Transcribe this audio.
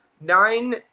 nine